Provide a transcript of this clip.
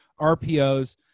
RPOs